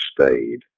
stayed